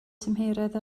tymheredd